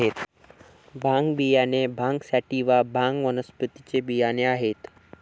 भांग बियाणे भांग सॅटिवा, भांग वनस्पतीचे बियाणे आहेत